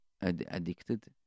addicted